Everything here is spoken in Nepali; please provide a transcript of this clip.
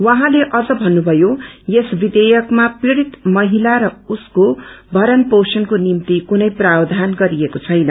उहाँले अझ भन्नुभयो यस विधेयकमा पीइ़त महिला र उसको भरण पोषणको निम्ति कुनै प्रावधान गरिएको छैन